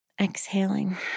exhaling